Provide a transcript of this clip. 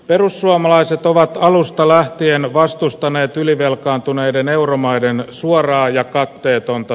perussuomalaiset ovat alusta lähtien vastustaneet ylivelkaantuneiden euromaiden suoraa ja katteetonta